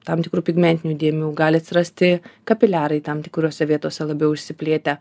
tam tikrų pigmentinių dėmių gali atsirasti kapiliarai tam tikrose vietose labiau išsiplėtę